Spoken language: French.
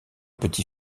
petit